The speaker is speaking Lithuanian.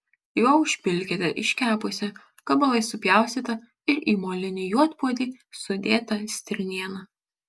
juo užpilkite iškepusią gabalais supjaustytą ir į molinį juodpuodį sudėtą stirnieną